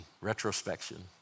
retrospection